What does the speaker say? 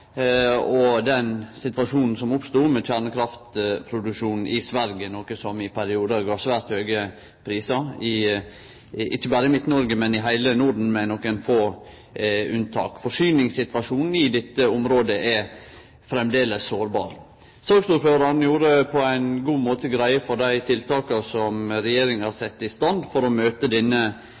og den situasjonen som oppsto i samband med kjernekraftproduksjonen i Sverige, noko som i periodar ga svært høge prisar, ikkje berre i Midt-Noreg, men i heile Norden med nokre få unntak. Forsyningssituasjonen i dette området er framleis sårbar. Saksordføraren gjorde på ein god måte greie for dei tiltaka som regjeringa har sett i stand for å møte denne